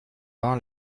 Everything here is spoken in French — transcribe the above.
vingt